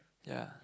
ya